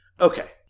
Okay